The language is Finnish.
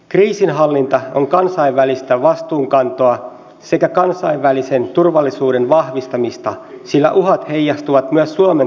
kriisinhallinta on kansainvälistä vastuunkantoa sekä kansainvälisen turvallisuuden vahvistamista sillä uhat heijastuvat myös suomen turvallisuustilanteeseen